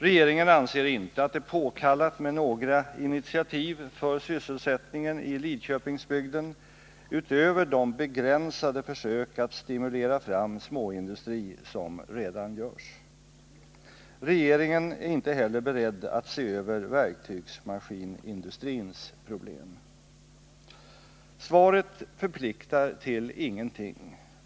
Regeringen anser inte att det är påkallat med några initiativ för sysselsättningen i Lidköpingsbygden utöver de begränsade försök att stimulera fram småindustri som redan görs. Regeringen är inte heller beredd att se över verktygsmaskinindustrins problem. Svaret förpliktar till ingenting.